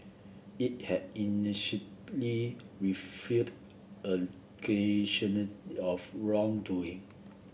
it had initially refuted of wrongdoing